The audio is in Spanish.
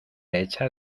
hecha